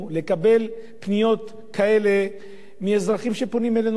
לקבל פניות כאלה מאזרחים במצוקה שפונים אלינו.